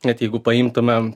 net jeigu paimtumėm